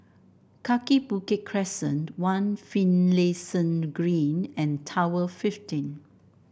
Kaki Bukit Crescent One Finlayson Green and Tower Fifteen